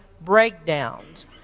breakdowns